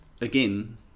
Again